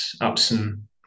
Upson